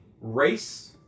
race